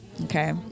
Okay